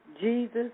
Jesus